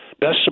Best